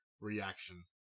reaction